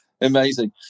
Amazing